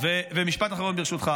ומשפט אחרון, ברשותך.